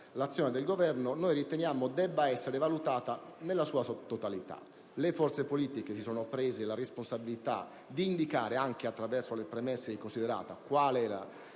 l'azione del Governo debba essere valutata nella sua pluralità. Le forze politiche si sono assunte la responsabilità di indicare, anche attraverso le premesse e i *considerata*, la